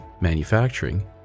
manufacturing